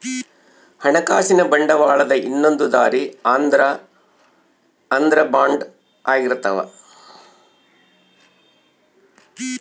ಹಣಕಾಸಿನ ಬಂಡವಾಳದ ಇನ್ನೊಂದ್ ದಾರಿ ಅಂದ್ರ ಬಾಂಡ್ ಆಗಿರ್ತವ